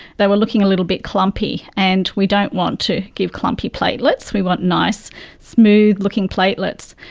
they were looking a little bit clumpy, and we don't want to give clumpy platelets, we want nice smooth looking platelets.